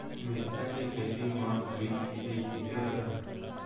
मिरचा के खेती म ड्रिप सिचाई किसे रथे?